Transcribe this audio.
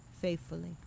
Faithfully